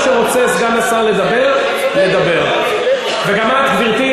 סגן השר יכול לדבר מה שהוא רוצה.